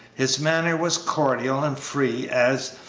his manner was cordial and free as,